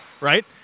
right